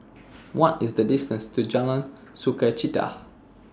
What IS The distance to Jalan Sukachita